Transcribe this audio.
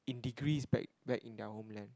in degrees back back in their homeland